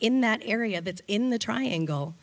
in that area that in the triangle